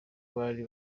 bari